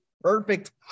Perfect